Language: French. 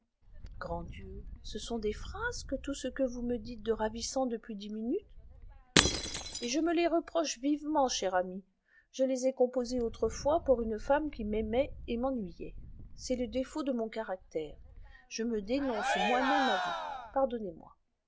grand dieu ce sont des phrases que tout ce que vous me dites de ravissant depuis dix minutes et je me les reproche vivement chère amie je les ai composées autrefois pour une femme qui m'aimait et m'ennuyait c'est le défaut de mon caractère je me dénonce moi-même à vous pardonnez-moi